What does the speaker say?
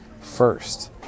first